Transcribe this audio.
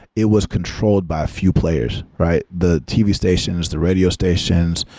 it was controlled by a few players, right? the tv stations, the radio stations,